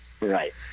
Right